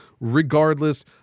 Regardless